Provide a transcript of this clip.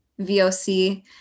VOC